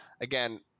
again